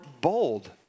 bold